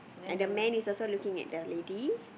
and the man is also looking at the lady